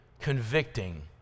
convicting